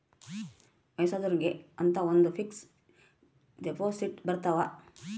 ವಯಸ್ಸಾದೊರ್ಗೆ ಅಂತ ಒಂದ ಫಿಕ್ಸ್ ದೆಪೊಸಿಟ್ ಬರತವ